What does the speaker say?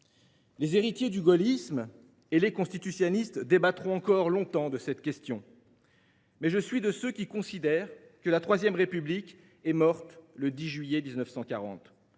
Les héritiers du gaullisme et les constitutionnalistes débattront encore longtemps de cette question. Mais je suis de ceux pour qui la III République est morte le 10 juillet 1940